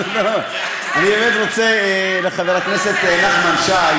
אני באמת רוצה, לחבר הכנסת נחמן שי: